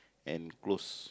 and close